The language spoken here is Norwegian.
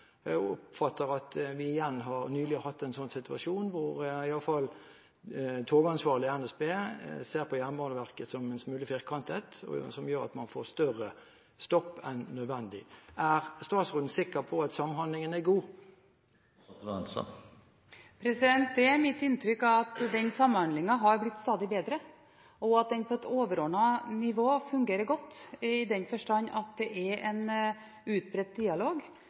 Jeg oppfatter at vi igjen nylig har hatt en sånn situasjon hvor iallfall togansvarlig i NSB ser på Jernbaneverket som en smule firkantet, og som gjør at man får større stopp enn nødvendig. Er statsråden sikker på at samhandlingen er god? Det er mitt inntrykk at den samhandlingen har blitt stadig bedre, og at den på et overordnet nivå fungerer godt, i den forstand at det er en utbredt dialog